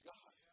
God